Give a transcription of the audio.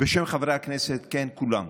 בשם חברי הכנסת, כן, כולם,